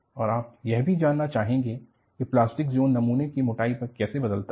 और आप यह भी जानना चाहेंगे कि प्लास्टिक जोन नमूने की मोटाई पर कैसे बदलता है